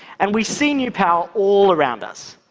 and we see new power all around us.